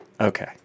Okay